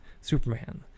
Superman